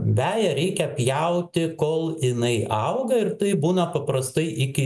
veją reikia pjauti kol jinai auga ir tai būna paprastai iki